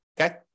okay